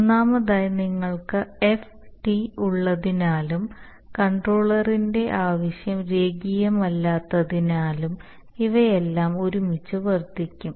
ഒന്നാമതായി നിങ്ങൾക്ക് F T ഉള്ളതിനാലും കൺട്രോളറിന്റെ ആവശ്യം രേഖീയമല്ലാത്തതിനാലും ഇവയെല്ലാം ഒരുമിച്ച് വർദ്ധിക്കും